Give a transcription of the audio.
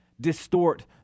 distort